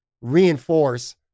reinforce